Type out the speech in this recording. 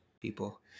people